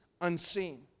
unseen